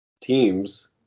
teams